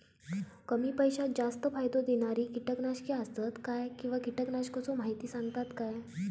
कमी पैशात जास्त फायदो दिणारी किटकनाशके आसत काय किंवा कीटकनाशकाचो माहिती सांगतात काय?